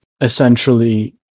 essentially